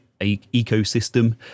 ecosystem